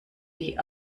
die